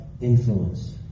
influence